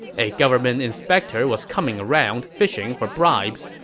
a government inspector was coming around fishing for bribes,